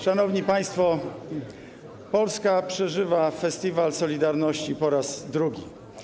Szanowni państwo, Polska przeżywa festiwal solidarności po raz drugi.